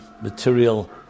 material